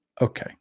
okay